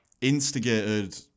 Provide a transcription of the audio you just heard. instigated